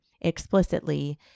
explicitly